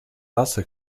nasse